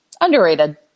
underrated